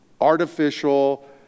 artificial